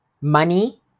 money